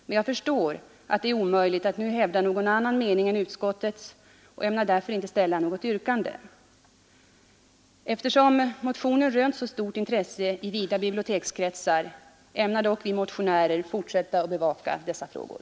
Men jag förstår att det är omöjligt att nu hävda någon annan mening än utskottets och ämnar därför inte framställa något yrkande. Eftersom motionen rönt så stort intresse i vida bibliotekskretsar ämnar dock vi motionärer fortsätta att bevaka dessa frågor.